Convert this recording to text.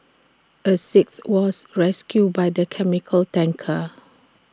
A sixth was rescued by the chemical tanker